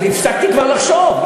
אני הפסקתי כבר לחשוב.